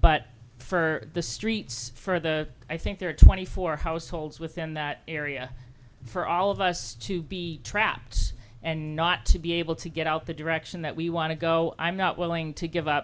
but for the streets for the i think there are twenty four households within that area for all of us to be trapped and not to be able to get out the direction that we want to go i'm not willing to give up